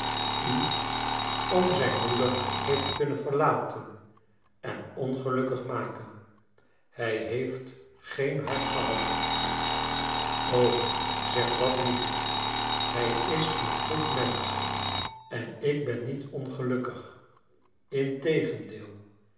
u om zijn moeder heeft kunnen verlaten en ongelukkig maken hij heeft geen hart gehad o zeg dat niet hij is een goed mensch en ik ben niet ongelukkig